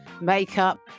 makeup